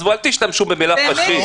עזבו, אל תשתמשו במילה פשיסט.